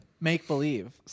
make-believe